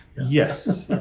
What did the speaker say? yes,